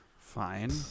Fine